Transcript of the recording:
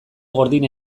gordin